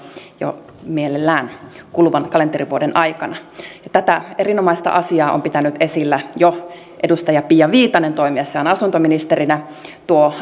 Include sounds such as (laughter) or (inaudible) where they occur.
jo mielellään kuluvan kalenterivuoden aikana tätä erinomaista asiaa on pitänyt esillä jo edustaja pia viitanen toimiessaan asuntoministerinä tuo (unintelligible)